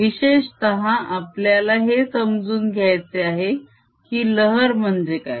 विशेषतः आपल्याला हे समजून घ्यायचे आहे की लहर म्हणजे काय